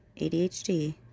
ADHD